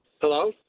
Hello